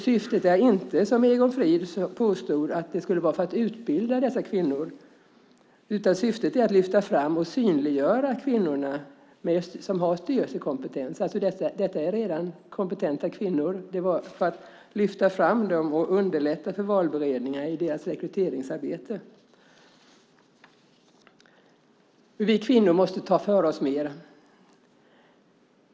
Syftet är inte, som Egon Frid påstod, att utbilda dessa kvinnor, utan syftet är att lyfta fram och synliggöra kvinnor som har styrelsekompetens - detta är redan kompetenta kvinnor - och underlätta för valberedningar i deras rekryteringsarbete. Vi kvinnor måste ta för oss mer.